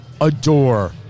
adore